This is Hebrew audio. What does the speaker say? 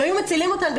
ומצילים אותן.